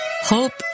hope